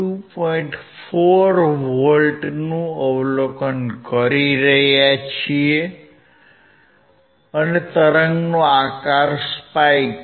4 વોલ્ટનું અવલોકન કરી રહ્યા છીએ અને તરંગનો આકાર સ્પાઇક છે